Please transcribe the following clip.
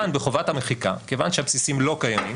כאן בחובת המחיקה כיוון שהבסיסים לא קיימים,